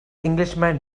englishman